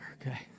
okay